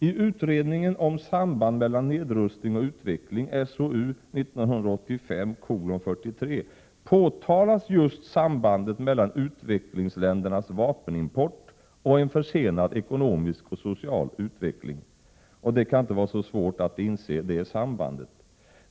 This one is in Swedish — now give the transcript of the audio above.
I utredningen om samband mellan nedrustning och utveckling, SOU 1985:43, påtalas sambandet mellan utvecklingsländernas vapenimport och en försenad ekonomisk och social utveckling. Och det kan inte vara så svårt att inse det sambandet.